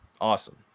awesome